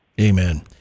Amen